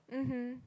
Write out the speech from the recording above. mmhmm